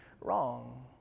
wrong